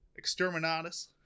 exterminatus